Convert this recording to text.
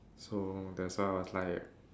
so that's why must like